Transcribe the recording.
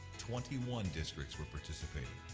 twenty one districts were participating.